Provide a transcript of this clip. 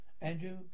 Andrew